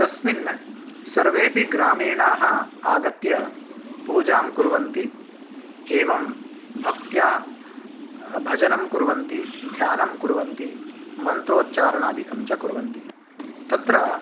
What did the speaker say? तस्मिन् सर्वेपि ग्रामीणाः आगत्य पूजां कुर्वन्ति एवं भक्त्या भजनं कुर्वन्ति ध्यानं कुर्वन्ति मन्त्रोच्चारणादिकञ्च कुर्वन्ति तत्र